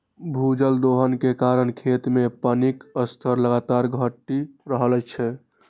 भूजल दोहन के कारण खेत मे पानिक स्तर लगातार घटि रहल छै